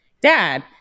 dad